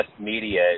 media